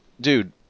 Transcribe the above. dude